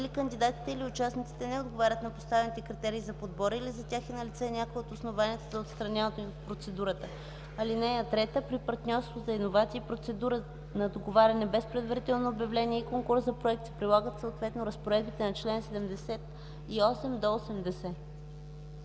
или кандидатите или участниците не отговарят на поставените критерии за подбор, или за тях е налице някое от основанията за отстраняване от процедурата. (3) При партньорство за иновации, процедура на договаряне без предварително обявление и конкурс за проект се прилагат съответно разпоредбите на чл.78-80.”